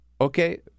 okay